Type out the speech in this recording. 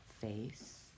face